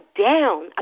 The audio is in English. down